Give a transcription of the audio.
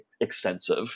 extensive